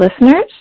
listeners